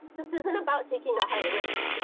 this isn't about taking a higher risk.